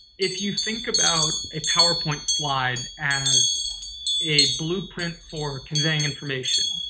if you think about a powerpoint slide as a blueprint for conveying information,